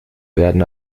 werden